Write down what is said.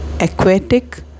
aquatic